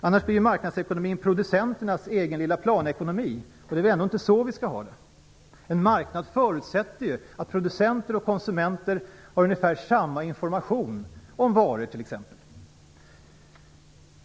Annars blir marknadsekonomin producenternas egen lilla planekonomi. Det är väl ändå inte så vi skall ha det. En marknad förutsätter ju att producenter och konsumenter får ungefär samma information om t.ex.